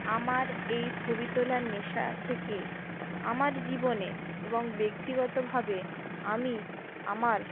আমার এই ছবি তোলার নেশা থেকে আমার জীবনে এবং ব্যক্তিগতভাবে আমি আমার